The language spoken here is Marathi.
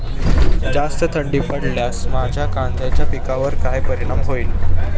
जास्त थंडी पडल्यास माझ्या कांद्याच्या पिकावर काय परिणाम होईल?